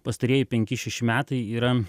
pastarieji penki šeši metai yra